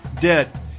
dead